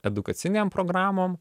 edukacinėm programom